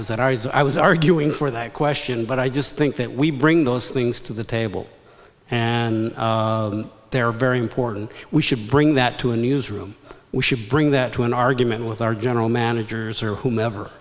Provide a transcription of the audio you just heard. was that i was i was arguing for that question but i just think that we bring those things to the table and they're very important we should bring that to a newsroom we should bring that to an argument with our general managers or whomever